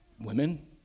women